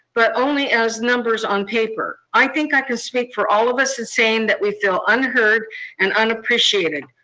but only as numbers on paper. i think i can speak for all of us in saying that we feel unheard and unappreciated.